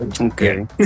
Okay